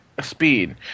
speed